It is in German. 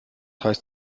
heißt